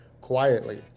quietly